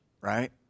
right